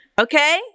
okay